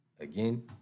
again